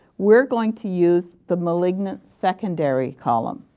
we are going to use the malignant secondary column.